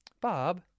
Bob